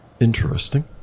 Interesting